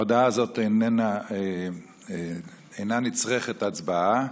הודעה זו אינה דורשת הצבעה,